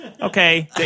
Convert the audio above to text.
Okay